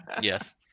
Yes